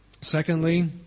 Secondly